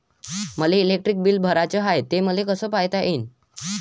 मले electric bill भराचं हाय, ते मले कस पायता येईन?